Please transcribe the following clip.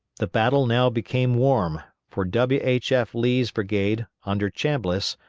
the battle now became warm, for w. h. f. lee's brigade, under chambliss,